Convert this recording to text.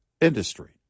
industry